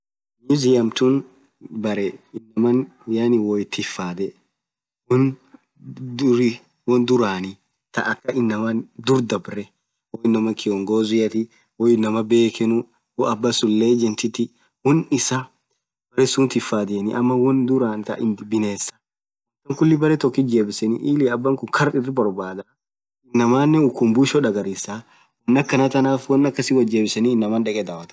Museum tun berre inamaa woo ithi hifadhe wonn dhuri won dhurani thaa akha inaman dhur dhabree amaa kiongoziathi woo inamaa bekhenu woo abasun legend thit wonn isaa berre suth hifadhiane ama won dhuran binesa won khulii berre tokkit jebiseni ili abakun karr irthi borbadha inamanen ukhumbusho dagharisa won akhana thanaf woth jebisabi inamaa dheke dhawotha